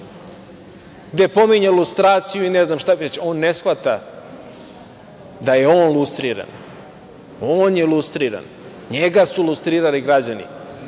gde pominje lustraciju i ne znam šta već. Ne znam šta već on ne shvata da je on lustriran. On je lustriran, njega su lustrirali građani.